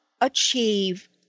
achieve